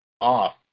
off